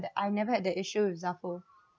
that I've never had the issues with Zaful